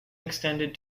extended